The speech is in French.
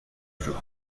floue